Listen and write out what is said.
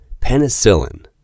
Penicillin